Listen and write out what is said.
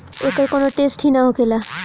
एकर कौनो टेसट ही ना होखेला